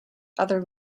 other